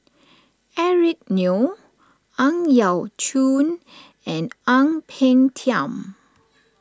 Eric Neo Ang Yau Choon and Ang Peng Tiam